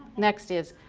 next is,